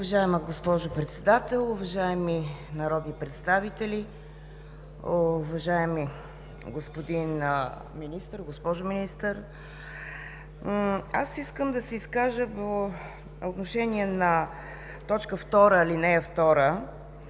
Уважаема госпожо Председател, уважаеми народни представители, уважаеми господин Министър, госпожо Министър! Искам да се изкажа по отношение на т. 2, ал. 2